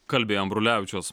kalbėjo ambrulevičius